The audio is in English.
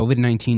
COVID-19